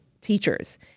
teachers